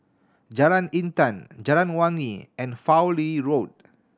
Jalan Intan Jalan Wangi and Fowlie Road